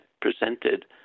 presented